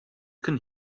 can